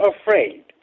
afraid